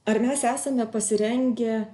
ar mes esame pasirengę